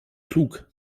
klug